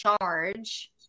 charge